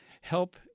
help